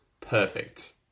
perfect